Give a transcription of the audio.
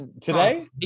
Today